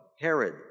Herod